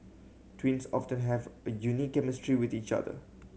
twins often have a unique chemistry with each other